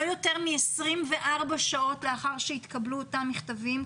לא יותר מ-24 שעות לאחר שהתקבלו אותם מכתבים,